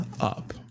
up